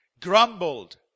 grumbled